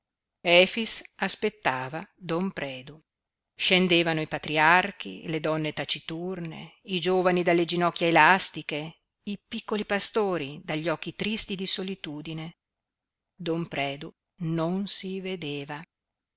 efix aspettava don predu scendevano i patriarchi le donne taciturne i giovani dalle ginocchia elastiche i piccoli pastori dagli occhi tristi di solitudine don predu non si vedeva